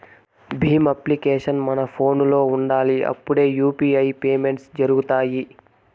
Bhim application మన ఫోనులో ఉండాలి అప్పుడే యూ.పీ.ఐ పేమెంట్స్ జరుగుతాయి